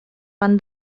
pan